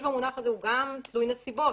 הוא גם תלוי נסיבות,